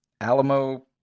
Alamo